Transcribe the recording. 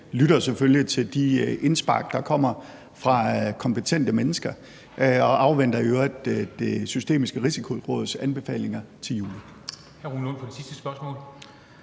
lytter selvfølgelig til de indspark, der kommer fra kompetente mennesker, og afventer i øvrigt Det Systemiske Risikoråds anbefalinger til juli.